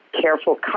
careful